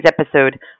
episode